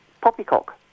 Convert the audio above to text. poppycock